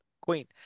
queen